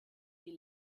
die